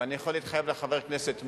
אבל אני יכול להתחייב לחבר הכנסת מולה,